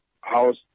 House